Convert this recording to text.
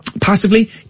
passively